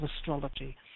astrology